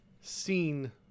seen